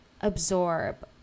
absorb